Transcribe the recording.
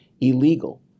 illegal